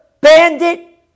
bandit